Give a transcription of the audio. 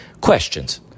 Questions